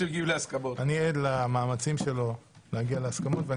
שאני עד למאמצים שלו להגיע להסכמות אני